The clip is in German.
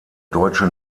deutsche